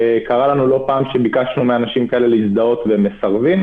קרה לנו לא פעם שביקשנו מאנשים כאלה להזדהות והם מסרבים.